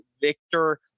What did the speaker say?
victor